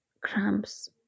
cramps